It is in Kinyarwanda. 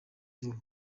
vuba